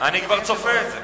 אני כבר צופה את זה.